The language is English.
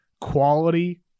quality